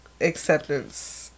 acceptance